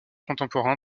contemporain